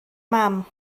mam